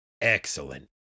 excellent